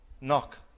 knock